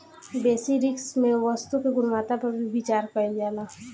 बेसि रिस्क में वस्तु के गुणवत्ता पर भी विचार कईल जाला